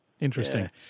interesting